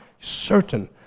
certain